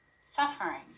suffering